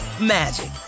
magic